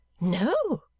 No